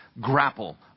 grapple